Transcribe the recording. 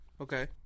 Okay